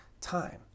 time